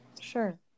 Sure